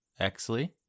Exley